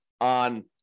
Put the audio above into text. on